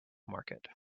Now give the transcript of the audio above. market